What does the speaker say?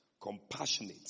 compassionate